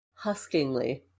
huskingly